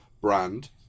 brand